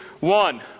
One